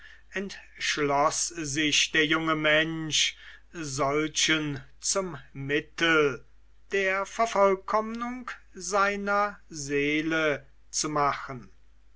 entschloß sich der junge mensch solchen zum mittel der vervollkommnung seiner seele zu machen